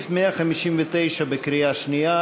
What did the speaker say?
ההסתייגות